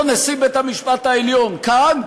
לא נשיא בית-המשפט העליון כאן,